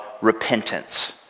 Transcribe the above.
repentance